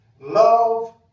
love